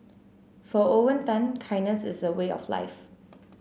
for Owen Tan kindness is a way of life